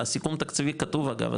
בסיכום תקציבי כתוב אגב,